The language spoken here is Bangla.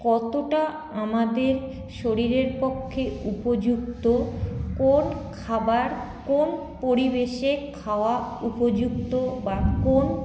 কতটা আমাদের শরীরের পক্ষে উপযুক্ত কোন খাবার কোন পরিবেশে খাওয়া উপযুক্ত বা কোন